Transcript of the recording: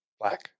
black